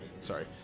Sorry